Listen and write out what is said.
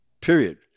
Period